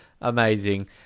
amazing